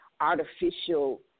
artificial